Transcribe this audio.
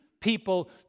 people